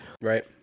right